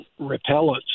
repellents